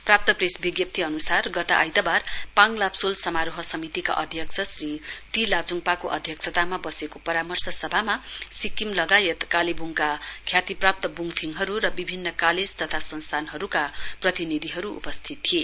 प्राप्त प्रेस विज्ञप्ति असार गत आइतबार पाङ लाब्सोल समारोह समितिका अध्यक्ष श्री टी लाचुङपाको अध्यक्षतामा बसेको परामर्श सभामा सिक्किम लगायत कालेबुङका ख्यातिप्राप्त बुङथिङहरू र विभिन्न कालेज तथा संस्थानका प्रतिनिधिहरू उपस्थित थिए